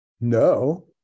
No